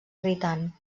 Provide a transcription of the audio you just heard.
irritant